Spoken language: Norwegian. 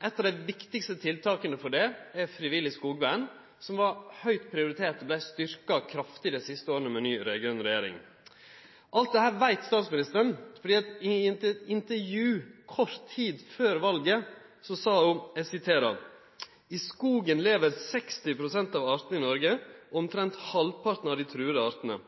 av dei viktigaste tiltaka innanfor dette er frivillig skogvern, som var høgt prioritert og vart kraftig styrka dei siste åra med raud-grøn regjering. Alt dette veit statsministeren, for i eit intervju kort tid før valet, sa ho: «I skogen lever 60 prosent av artene i Norge og omtrent halvparten av de truede artene.